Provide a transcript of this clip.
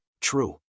True